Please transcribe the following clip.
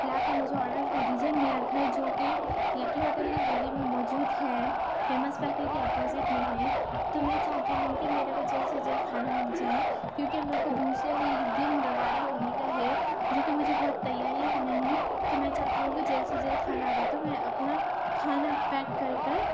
لا کے مجھے آرڈر کر دیجیے میرا گھر جو کہ لکی ہوٹل کے گلی میں موجود ہے فیمس بیکری کے اپوزٹ میں ہے تو میں چاہتی ہوں کہ میرے کو جلد سے جلد کھانا مل جائے کیونکہ میں کو دوسرے ہی دن روانہ ہونے کا ہے جو کہ مجھے بہت تیاریاں کرنا ہے تو میں چاہتی ہوں کہ جلد سے جلد کھانا آ گئے تو میں اپنا کھانا پیک کر کر